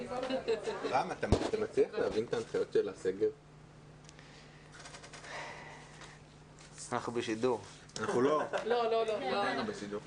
לקבל פה ביטוי מספיק גדול ואפילו בתהליכי חקיקה